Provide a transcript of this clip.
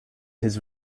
his